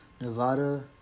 Nevada